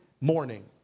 morning